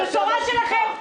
הבשורה שלכם: